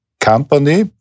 company